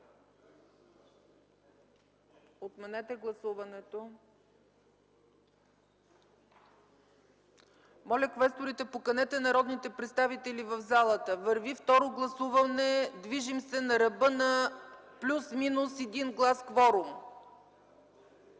Отменете гласуването! Моля, квесторите да поканят народните представители в залата. Провежда се второ гласуване. Движим се на ръба – плюс минус един глас кворум.